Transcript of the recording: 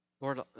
Lord